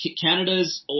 Canada's